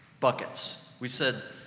buckets. we said,